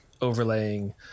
overlaying